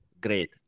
great